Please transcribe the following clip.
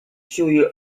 ĉiuj